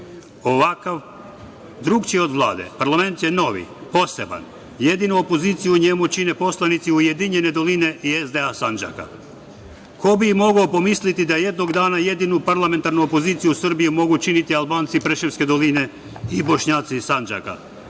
je drugačiji od Vlade, parlament je novi, poseban, jedinu opoziciju u njemu čine poslanici Ujedinjene doline i SDA Sandžaka. Ko bi mogao pomisliti da jednog dana jedinu parlamentarnu opoziciju u Srbiji mogu činiti Albanci Preševske doline i Bošnjaci iz Sandžaka.